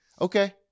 Okay